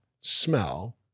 smell